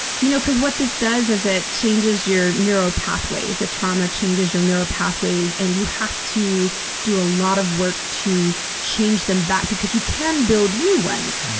you know cause what this does is, it changes your neural pathways. the trauma changes your neural pathways, and you have to do a lot of work to change them back, because you can build new ones.